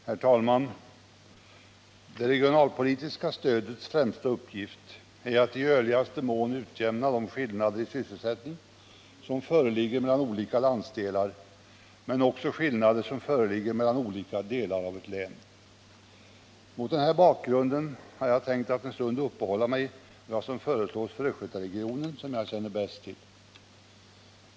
Herr talman! Det regionalpolitiska stödets främsta uppgift är att i görligaste mån utjämna de skillnader i sysselsättning som föreligger mellan olika landsdelar men också mellan olika delar av ett län. Mot denna bakgrund har jag tänkt att en stund uppehålla mig vid det som föreslås för Östgötaregionen, som jag bäst känner till.